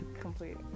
complete